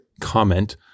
comment